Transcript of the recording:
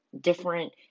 different